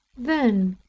then,